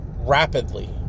rapidly